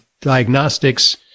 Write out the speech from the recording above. diagnostics